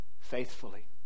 faithfully